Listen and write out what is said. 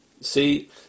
See